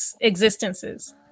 existences